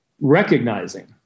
recognizing